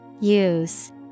Use